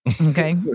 Okay